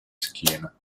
schiena